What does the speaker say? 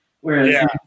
Whereas